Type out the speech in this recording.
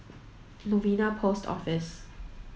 Novena Post Office